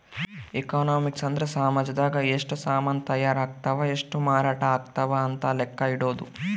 economics ಅಂದ್ರ ಸಾಮಜದಾಗ ಎಷ್ಟ ಸಾಮನ್ ತಾಯರ್ ಅಗ್ತವ್ ಎಷ್ಟ ಮಾರಾಟ ಅಗ್ತವ್ ಅಂತ ಲೆಕ್ಕ ಇಡೊದು